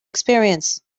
experience